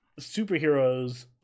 superheroes